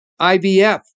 IVF